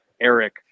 Eric